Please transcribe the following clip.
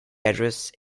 address